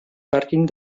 pàrquing